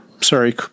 Sorry